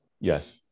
yes